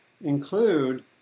include